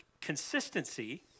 consistency